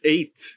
Eight